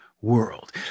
world